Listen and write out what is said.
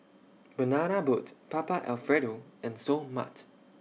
Banana Boat Papa Alfredo and Seoul Mart